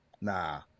Nah